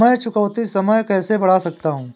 मैं चुकौती समय कैसे बढ़ा सकता हूं?